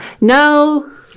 No